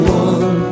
one